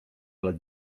lat